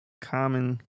common